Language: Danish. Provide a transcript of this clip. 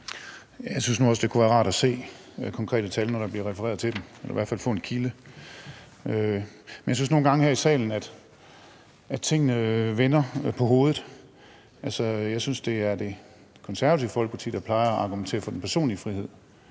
Jeg synes nu også, det kunne være rart at se konkrete tal, når der bliver refereret til dem, eller i hvert fald få en kilde. Jeg synes nogle gange, at tingene vender på hovedet her i salen. Altså, jeg synes, det er Det Konservative Folkeparti, der plejer at argumentere for den personlige frihed,